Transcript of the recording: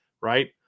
right